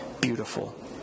beautiful